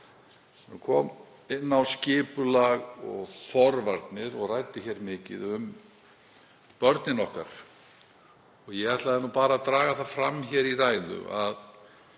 hún kom inn á skipulag og forvarnir og ræddi mikið um börnin okkar. Ég ætlaði bara að draga það fram í ræðu að